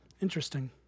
Interesting